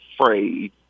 afraid